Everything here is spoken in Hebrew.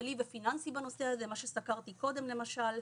כלכלי ופיננסי בנושא הזה, מה שסקרתי קודם למשל,